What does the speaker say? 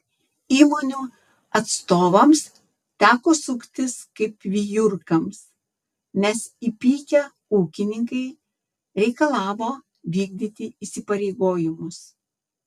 įmonių atstovams teko suktis kaip vijurkams nes įpykę ūkininkai reikalavo vykdyti įsipareigojimus